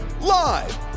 live